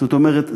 זאת אומרת,